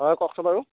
অঁ কওকচোন বাৰু